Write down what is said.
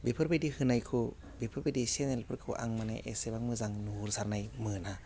बेफोरबायदि होनायखौ बिफोरबायदि चेनेलफोरखौ आं माने एसेबां मोजां नुहुरसारनाय मोना